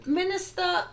minister